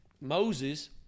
Moses